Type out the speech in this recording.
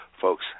Folks